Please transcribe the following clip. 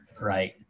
right